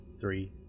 Three